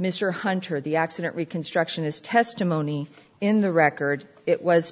mr hunter the accident reconstruction is testimony in the record it was